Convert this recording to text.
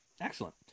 excellent